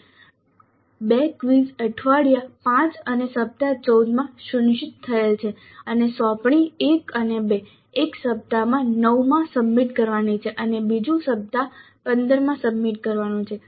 2 quiz અઠવાડિયા 5 અને સપ્તાહ 14 માં સુનિશ્ચિત થયેલ છે અને સોંપણી 1 અને 2 એક સપ્તાહ 9 માં સબમિટ કરવાની છે અને બીજું સપ્તાહ 15 માં સબમિટ કરવાનું છે